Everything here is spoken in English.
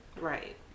Right